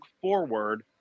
forward